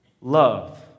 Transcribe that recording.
love